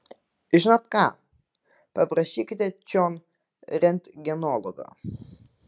žinot ką paprašykite čion rentgenologą